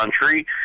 country